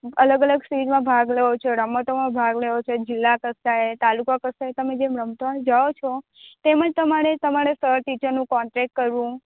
અલગ અલગ સ્ટેજમાં ભાગ લો છો રમતોમાં ભાગ લો છો જિલ્લા કક્ષાએ તાલુકા કક્ષાએ તમે જેમ રમતા જાઓ છો તેમ જ તમારે તમારે સર ટીચરનું કોન્ટેક્ટ કરવું